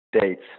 Dates